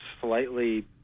slightly